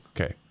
Okay